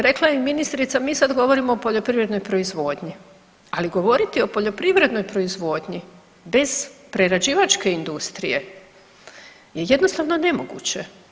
Rekla je i ministrica mi sad govorimo o poljoprivrednoj proizvodnji, ali govoriti o poljoprivrednoj proizvodnji bez prerađivačke industrije je jednostavno nemoguće.